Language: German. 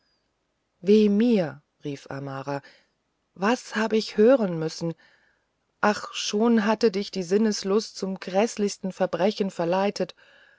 weh mir rief amara was hab ich hören müssen ach schon hatte dich die sinneslust zum häßlichsten verbrechen verleitet